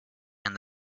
and